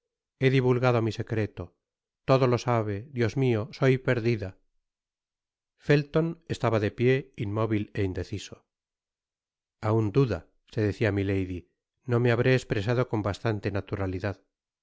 he divulgado mi secreto todo lo sabe dios mío soy perdida felton estaba de pié inmóvil é indeciso aun duda se decía milady no me habré espresado con bastante naturalidad